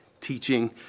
teaching